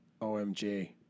OMG